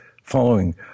following